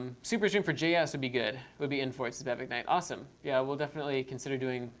super stream for js would be good. we'll be in force, says bavich knight. awesome. yeah, we'll definitely consider doing